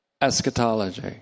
eschatology